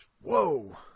whoa